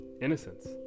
innocence